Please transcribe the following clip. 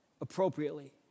appropriately